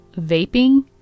vaping